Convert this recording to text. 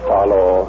Follow